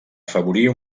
afavorir